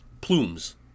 plumes